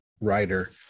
writer